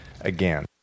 again